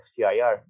FTIR